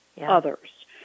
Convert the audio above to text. others